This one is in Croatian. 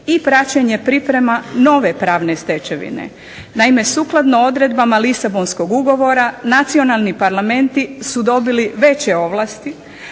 i praćenje priprema nove pravne stečevine. Naime sukladno odredbama Lisabonskog ugovora, nacionalni parlamenti su dobili veće ovlasti,